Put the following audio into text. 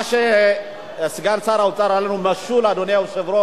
מה שסגן שר האוצר אמר לנו משול, אדוני היושב-ראש,